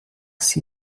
sie